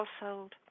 household